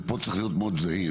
שפה צריך להיות מאוד זהיר,